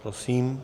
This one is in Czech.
Prosím.